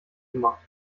gemacht